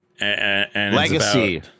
Legacy